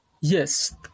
Yes